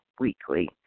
weekly